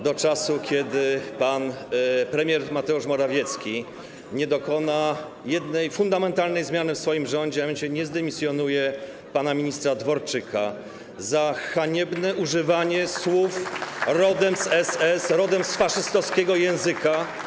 do czasu, kiedy pan premier Mateusz Morawiecki nie dokona jednej fundamentalnej zmiany w swoim rządzie, a mianowicie nie zdymisjonuje pana ministra Dworczyka za haniebne używanie słów rodem z SS, rodem z faszystowskiego języka.